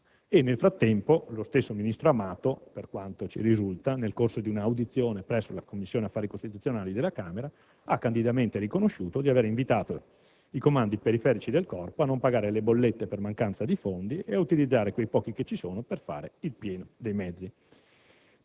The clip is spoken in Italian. Nel frattempo, lo stesso ministro Amato, per quanto ci risulta, nel corso di un'audizione presso la Commissione affari costituzionali della Camera, ha candidamente riconosciuto di aver invitato i comandi periferici del Corpo a non pagare le bollette per mancanza di fondi e ad utilizzare quei pochi che ci sono per fare il pieno ai mezzi.